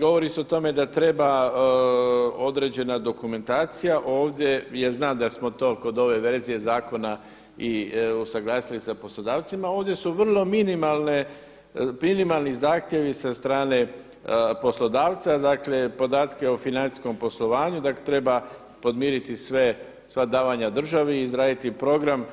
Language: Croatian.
Govori se o tome da treba određena dokumentacija, ovdje jer znam da smo to kod ove verzije zakona i usuglasili sa poslodavcima, ovdje su vrlo minimalni zahtjevi sa strane poslodavca, dakle podatke o financijskom poslovanju treba podmiriti sva davanja državi, izraditi program